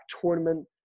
tournament